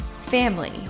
family